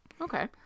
Okay